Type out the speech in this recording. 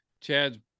Chad